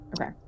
Okay